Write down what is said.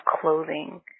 clothing